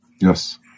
Yes